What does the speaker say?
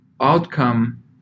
outcome